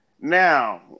Now